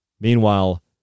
Meanwhile